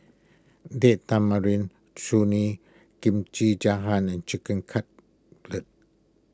Date Tamarind Chutney Kimchi and Chicken Cutlet